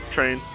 Train